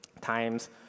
times